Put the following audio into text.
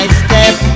step